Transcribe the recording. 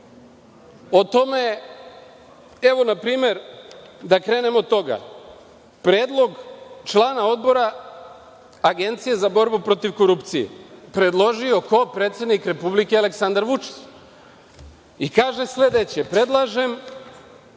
o tome, evo, na primer, da krenem od toga, predlog člana Odbora Agencije za borbu protiv korupcije predložio. Ko? Predsednik Republike Aleksandar Vučić. I, kaže sledeće – predlažem